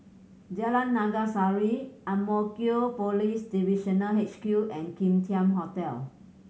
Jalan Naga Sari Ang Mo Kio Police Divisional H Q and Kim Tian Hotel